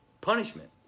punishment